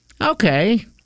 okay